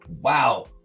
Wow